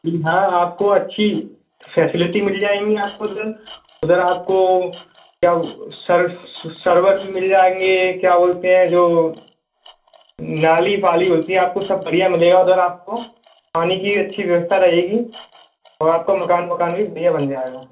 जी हाँ आपको अच्छी फेसिलिटी मिल जाएँगी आपको उधर उधर आपको क्या सर सरवर भी मिल जाएँगे क्या बोलते हैं जो नाली फाली होती है आपको सब बढ़िया मिलेगा उधर आपको पानी की भी अच्छी व्यवस्था रहेगी और आपका मकान वकान भी बढ़िया बन जाएगा